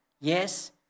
yes